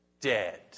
dead